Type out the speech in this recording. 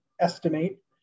estimate